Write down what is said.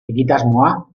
egitasmoa